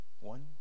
One